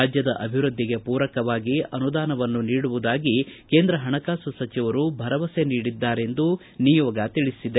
ರಾಜ್ಯದ ಅಭಿವೃದ್ಧಿಗೆ ಪೂರಕವಾಗಿ ಅನುದಾನವನ್ನು ನೀಡುವುದಾಗಿ ಕೇಂದ್ರ ಹಣಕಾಸು ಸಚಿವರು ಭರವಸೆ ನೀಡಿದರೆಂದು ನಿಯೋಗ ತಿಳಿಸಿದೆ